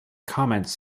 comments